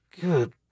Good